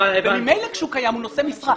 ממילא כשהוא קיים, הוא נושא משרה.